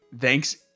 Thanks